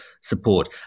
support